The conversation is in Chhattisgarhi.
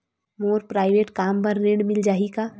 मोर प्राइवेट कम बर ऋण मिल जाही का?